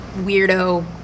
weirdo